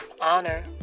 honor